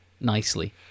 nicely